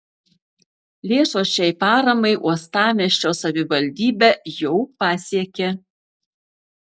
lėšos šiai paramai uostamiesčio savivaldybę jau pasiekė